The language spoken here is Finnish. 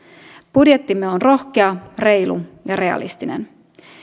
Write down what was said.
budjettimme on rohkea reilu ja realistinen